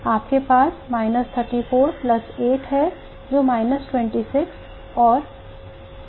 आपके पास minus 34 plus 8 है जो minus 26 और 2 minus 24 है